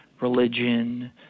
religion